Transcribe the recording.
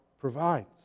provides